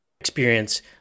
experience